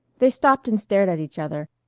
they stopped and stared at each other,